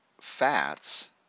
fats